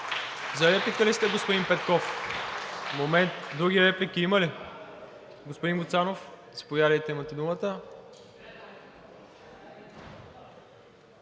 За репликата ли сте, господин Петков? Момент. Други реплики има ли? Господин Гуцанов, заповядайте, имате думата.